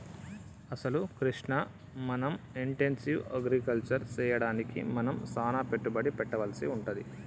అసలు కృష్ణ మనం intensive agriculture సెయ్యడానికి మనం సానా పెట్టుబడి పెట్టవలసి వుంటది